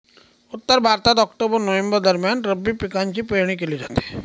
उत्तर भारतात ऑक्टोबर नोव्हेंबर दरम्यान रब्बी पिकांची पेरणी केली जाते